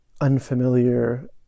unfamiliar